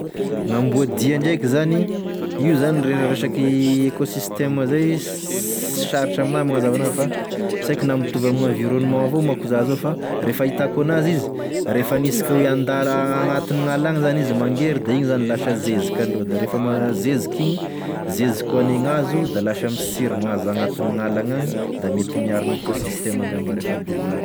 Gn'amboa dia draiky zany io raha resaky ekôsistema zay sarotry aminah e magnazava anazy fa sy haiko ra mitovy amign'environement avao manko za zao fa raha e fahitako enazy izy refa anisika hoe andala agnatin'ny ala agny za izy mangery da igny zany lasa zeziky aloa da refa mazeziky igny zeziky ho ane gn'hazo da lasa misiry gn'hazo agnatin'ny gn'ala agny da mety miaro ny ekôsistema angamba refa be gn'ara.